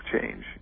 change